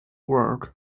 work